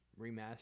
remaster